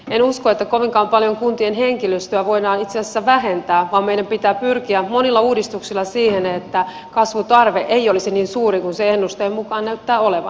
en usko että kovinkaan paljon kuntien henkilöstöä voidaan itse asiassa vähentää vaan meidän pitää pyrkiä monilla uudistuksilla siihen että kasvutarve ei olisi niin suuri kuin se ennusteen mukaan näyttää olevan